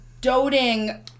doting